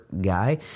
guy